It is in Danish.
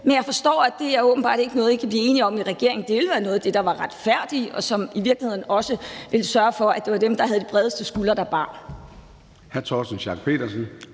Men jeg forstår, at det jo åbenbart ikke er noget, I kan blive enige om i regeringen. Det ville jo være noget af det, der var retfærdigt, og som i virkeligheden også ville sørge for, at det var dem, der havde de bredeste skuldre, der bar.